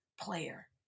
player